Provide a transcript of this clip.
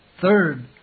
Third